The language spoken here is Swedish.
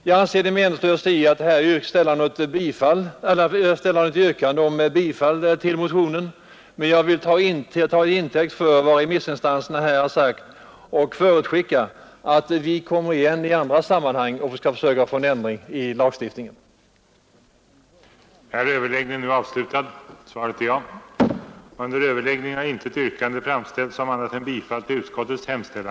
Jag anser det meningslöst att här ställa något yrkande om bifall till motionen, men med anledning av det som remissinstanserna uttalat vill jag förutskicka att vi kommer igen i andra sammanhang med försök att få till stånd en ändring i lagstiftningen på denna punkt.